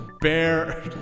Bear